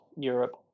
Europe